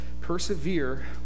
persevere